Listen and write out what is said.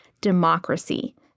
democracy